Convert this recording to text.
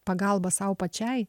pagalba sau pačiai